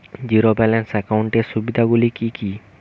Zero balance একাউন্টের সুবিধা গুলি কি কি?